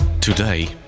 today